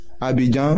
Abidjan